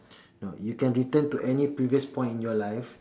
no you can return to any previous point in your life